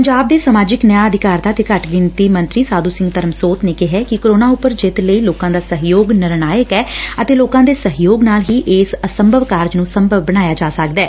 ਪੰਜਾਬ ਦੇ ਸਮਾਜਿਕ ਨਿਆਂ ਅਧਿਕਾਰਤਾ ਤੇ ਘੱਟ ਗਿਣਤੀ ਮੰਤਰੀ ਸਾਧੂ ਸਿੰਘ ਧਰਮਸੋਤ ਨੇ ਕਿਹੈ ਕਿ ਕੋਰੋਨਾ ਉਪਰ ਜਿੱਤ ਲਈ ਲੋਕਾਂ ਦਾ ਸਹਿਯੋਗ ਨਿਰਣਾਇਕ ਐ ਅਤੇ ਲੋਕਾਂ ਦੇ ਸਹਿਯੋਗ ਨਾਲ ਹੀ ਇਸ ਅਸੰਭਵ ਕਾਰਜ ਨੂੰ ਸੰਭਵ ਬਣਾਇਆ ਜਾ ਸਕਦੈ